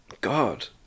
God